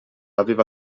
aveva